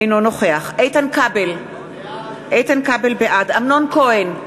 אינו נוכח איתן כבל, בעד אמנון כהן,